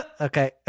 Okay